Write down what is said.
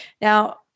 Now